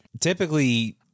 typically